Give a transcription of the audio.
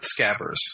scabbers